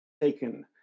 taken